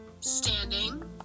standing